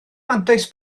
mantais